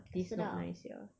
tak sedap